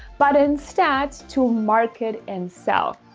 but in stats to market and sell.